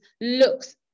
looks